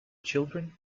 children